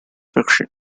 fiction